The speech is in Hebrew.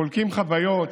חולקים חוויות.